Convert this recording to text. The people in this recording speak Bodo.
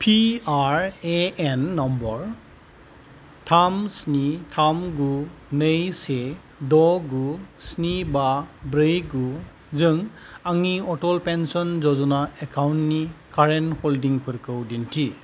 पिआरएएन नम्बर थाम सिनि थाम गु नै से द' गु सिनि बा ब्रै गु जों आंनि अटल पेन्सन जज'ना एकाउन्टनि कारेन्ट हल्डिंफोरखौ दिन्थि